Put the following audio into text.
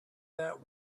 that